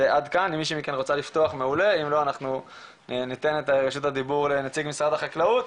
אני נותן את רשות הדיבור לנציג משרד החקלאות.